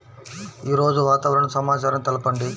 ఈరోజు వాతావరణ సమాచారం తెలుపండి